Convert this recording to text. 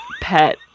pet